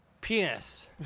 Penis